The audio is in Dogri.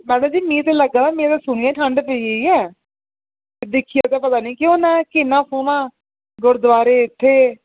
मैडम जी मीं ते लग्गा दा ऐ मीं ते सुनियै गै ठंड पेई गेई ऐ दिक्खियै पता नीं केह् होना किन्ना सोह्ना